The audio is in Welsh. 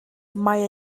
mae